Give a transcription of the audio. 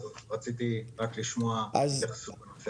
רציתי לשמוע התייחסות.